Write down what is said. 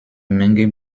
menge